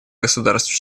государств